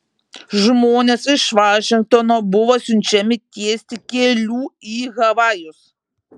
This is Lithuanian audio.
žmonės iš vašingtono buvo siunčiami tiesti kelių į havajus